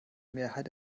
mehrheit